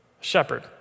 shepherd